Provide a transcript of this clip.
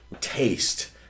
taste